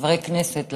כחברי כנסת,